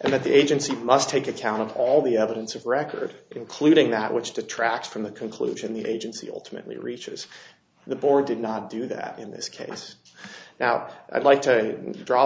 and that the agency must take account of all the evidence of record including that which detracts from the conclusion the agency ultimately reaches the board did not do that in this case now i'd like to draw